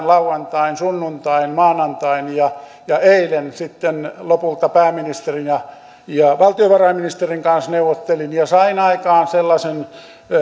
lauantain sunnuntain maanantain ja ja eilen sitten lopulta pääministerin ja ja valtiovarainministerin kanssa neuvottelin ja sain aikaan sellaisen